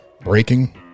breaking